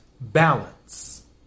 Balance